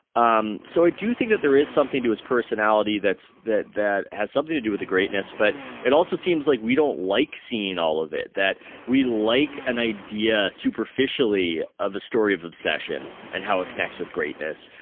um so i do think that there is something to his personality that's that that has something to do with the greatness. but it also seems like we don't like seeing all of it, that we like an idea superficially of a story of obsession and how it connects with greatness.